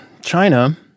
China